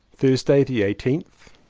thursday the eighteenth.